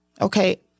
Okay